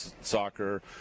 soccer